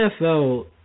NFL